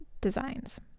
Designs